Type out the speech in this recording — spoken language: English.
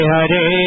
Hare